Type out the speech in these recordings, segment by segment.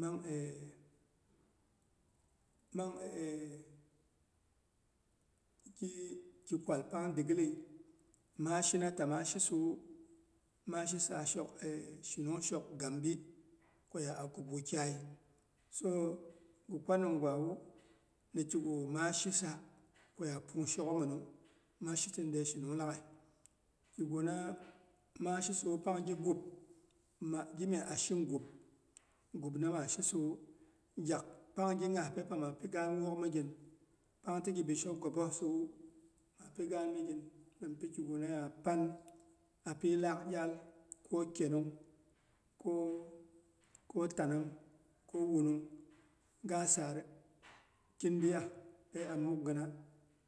Mang mang giki kwalpang digɨli, maa shina ta maa shisiwu, maa shisa shok shinungshok gambi, koya 'a kub wukyai so gɨ kwa nimgwawu, nikigu maa shisa koya pung shokꞌgha minu. Maa shisa nde shinung laghai, kigu na maa shisawu, pangi gub, gi myes ah shing gub, gubna maa shisa wu, gyak pangi nghapei pangimaapi gaan wook migin, pangtigi bishaw gwa bosiwu, maapi gaan migin. Minpi kiguna ya pan api laak iyal ko kenong ko tanang, ko wunung ga saar kindiya ‘e a mukgɨna,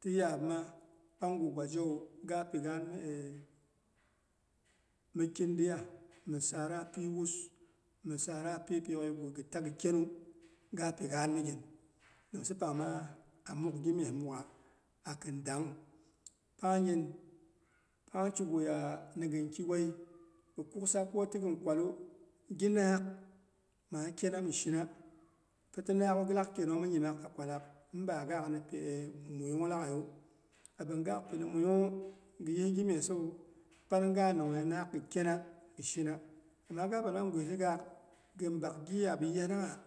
ti yaap ma pangu gwa zhewu, gapi gaan mi mi kindiya, misara pi wus, mosaara pipyok yegu gita gi kyenu, ga pigaan migin nimsa pangma a muk gimye mukgha akin dang. Pangnyin pang kiguya ni gin kiwei ghi kuksa koti gin kwalun gin naak maa kena mishina. Pitinaak gɨlak kenong mɨ nyimaak a kwal laak imba gabak ni pi muyung laghaiyu. Abin gabak nipi muyung ngwu, gɨ yɨ ghimyesawu, panga nongyei naak gɨ kena, gɨshina. Ama gabi mang gwisi gaak gin bak gi yaap yanagha.